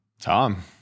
tom